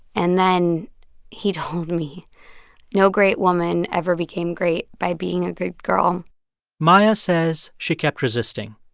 and then he told me no great woman ever became great by being a good girl maia says she kept resisting.